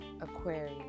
Aquarius